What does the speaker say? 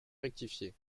rectifié